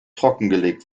trockengelegt